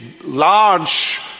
large